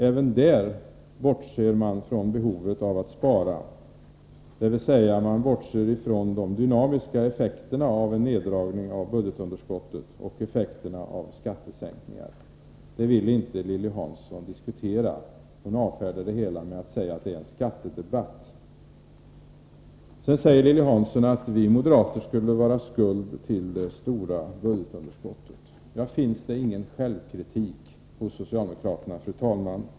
Även där bortser man från behovet av att spara, dvs. man bortser från de dynamiska effekterna av en neddragning av budgetunderskottet och effekterna av skattesänkningar. Det vill inte Lilly Hansson diskutera. Hon avfärdar det genom att säga att det är en skattedebatt. Vidare säger Lilly Hansson att vi moderater skulle vara skuld till det stora budgetunderskottet. Finns det ingen självkritik hos socialdemokraterna?